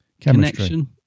connection